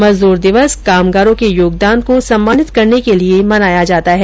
मजदूर दिवस कामगारों के योगदान को सम्मानित करने के लिए मनाया जाता है